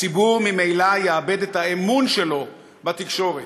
הציבור ממילא יאבד את האמון שלו בתקשורת.